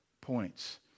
points